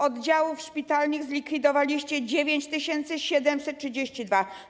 Oddziałów szpitalnych zlikwidowaliście 9732.